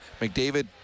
McDavid